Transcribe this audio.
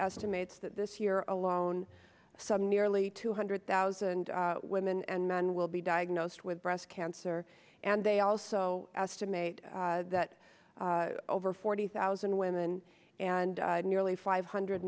estimates this year alone some nearly two hundred thousand women and men will be diagnosed with breast cancer and they also estimate that over forty thousand women and nearly five hundred